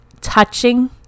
touching